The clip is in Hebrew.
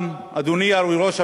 אדוני ראש הממשלה,